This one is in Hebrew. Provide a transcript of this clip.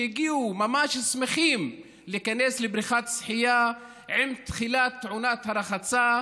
שהגיעו ממש שמחים להיכנס לבריכת השחייה עם תחילת עונת הרחצה,